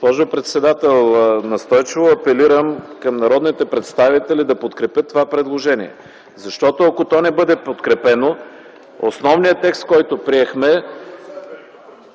Госпожо председател, настойчиво апелирам към народните представители да подкрепят това предложение, защото ако то не бъде подкрепено основният текст, който приехме…